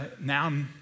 now